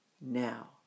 now